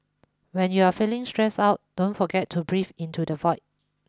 when you are feeling stressed out don't forget to breathe into the void